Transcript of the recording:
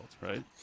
right